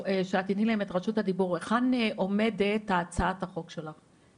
היכן עומדת הצעת החוק שלך,